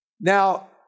Now